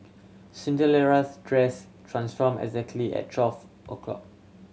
Cinderella's dress transform exactly at twelve o'clock